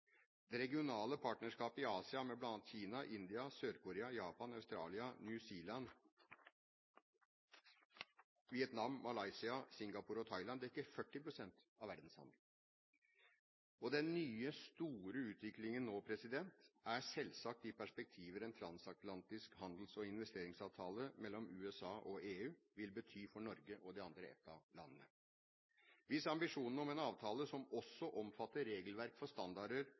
Det regionale partnerskap i Asia med bl.a. Kina, India, Sør-Korea, Japan, Australia, New Zealand, Vietnam, Malaysia, Singapore og Thailand dekker 40 pst. av verdenshandelen. Den nye, store utfordringen nå er selvsagt de perspektiver en transatlantisk handels- og investeringsavtale mellom USA og EU vil bety for Norge og de andre EFTA-landene. Hvis ambisjonen om en avtale som også omfatter regelverk for standarder